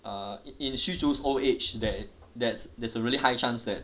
err in 虚竹 old age there there there's a really high chance that